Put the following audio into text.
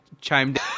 chimed